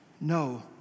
No